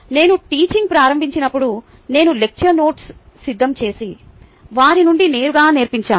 నేను టీచింగ్ ప్రారంభించినప్పుడు నేను లెక్చర్ నోట్స్ను సిద్ధం చేసి వారి నుండి నేరుగా నేర్పించాను